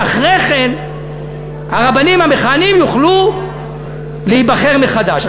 ואחרי כן הרבנים המכהנים יוכלו להיבחר מחדש.